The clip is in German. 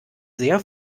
sehr